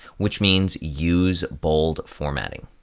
which means use bold formatting.